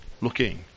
looking